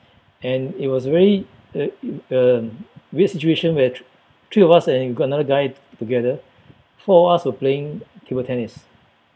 and it was a very uh uh weird situation where thr~ three of us and got another guy together four of us were playing table tennis